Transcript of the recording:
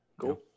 Cool